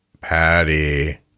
Patty